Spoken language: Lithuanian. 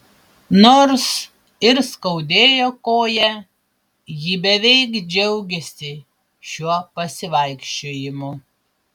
nors ir skaudėjo koją ji beveik džiaugėsi šiuo pasivaikščiojimu